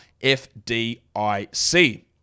FDIC